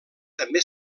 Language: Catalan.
també